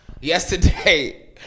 Yesterday